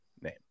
name